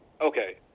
Okay